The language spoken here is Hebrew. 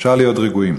אפשר להיות רגועים.